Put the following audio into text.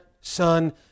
Son